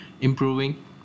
improving